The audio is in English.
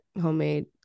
homemade